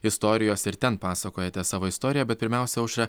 istorijos ir ten pasakojate savo istoriją bet pirmiausia aušra